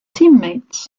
teammates